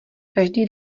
každý